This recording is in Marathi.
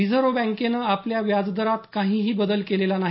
रिजर्व्ह बँकेनं आपल्या व्याजदरात काहीही बदल केलेला नाही